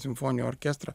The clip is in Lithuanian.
simfoninį orkestrą